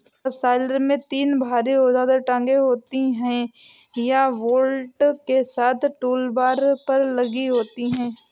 subsoiler में तीन भारी ऊर्ध्वाधर टांगें होती हैं, यह बोल्ट के साथ टूलबार पर लगी होती हैं